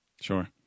Sure